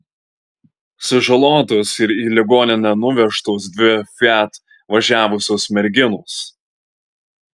sužalotos ir į ligoninę nuvežtos dvi fiat važiavusios merginos